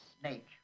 snake